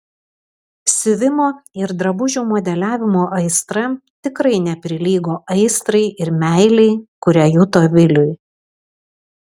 siuvimo ir drabužių modeliavimo aistra tikrai neprilygo aistrai ir meilei kurią juto viliui